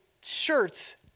shirts